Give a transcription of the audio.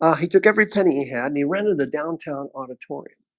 ah he took every penny he had and he rented the downtown auditorium